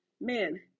man